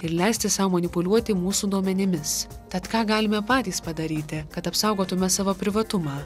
ir leisti sau manipuliuoti mūsų duomenimis tad ką galime patys padaryti kad apsaugotume savo privatumą